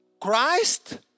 Christ